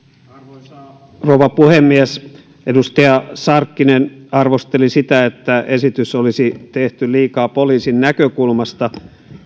arvoisa rouva puhemies edustaja sarkkinen arvosteli sitä että esitys olisi tehty liikaa poliisin näkökulmasta